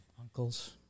uncles